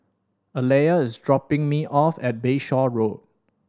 Aleah is dropping me off at Bayshore Road